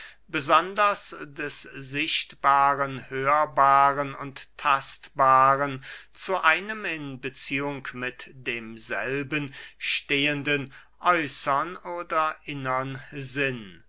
besonders des sichtbaren hörbaren und tastbaren zu einem in beziehung mit demselben stehenden äußern oder innern sinn